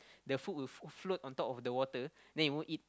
the food will f~ float on top of the water then it won't eat